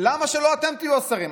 למה שאתם לא תהיו השרים?